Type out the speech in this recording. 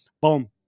Boom